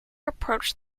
approached